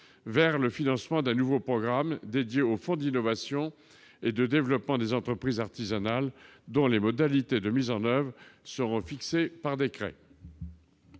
vers le financement d'un nouveau programme dédié au fonds d'innovation et de développement des entreprises artisanales, dont les modalités de mise en oeuvre seront fixées par décret.